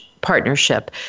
partnership